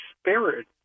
spirit